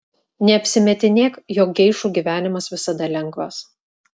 neapsimetinėk jog geišų gyvenimas visada lengvas